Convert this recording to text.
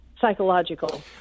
psychological